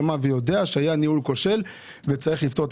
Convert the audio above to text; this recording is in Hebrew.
שמע ויודע שהיה ניהול כושל וצריך לפתור את